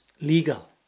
legal